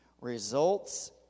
results